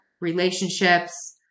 relationships